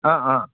অঁ অঁ